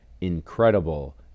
incredible